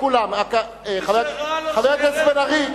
חבר הכנסת בן-ארי,